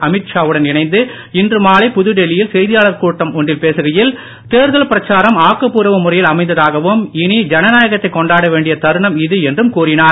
அமித்ஷா வுடன் இணைந்து இன்று மாலை புதுடில்லியில் செய்தியாளர் கூட்டம் ஒன்றில் பேசுகையில் தேர்தல் பிரச்சாரம் ஆக்கபூர்வ முறையில் அமைந்ததாகவும் இனி ஜனநாயகத்தைக் கொண்டாட வேண்டிய தருணம் இது என்றும் கூறினார்